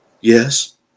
Yes